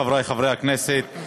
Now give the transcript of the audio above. חברי חברי הכנסת,